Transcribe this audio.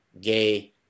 gay